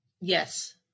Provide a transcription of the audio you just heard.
Yes